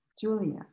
Julia